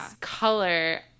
color